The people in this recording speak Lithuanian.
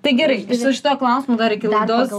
tai gerai su šituo klausimu dar iki laidos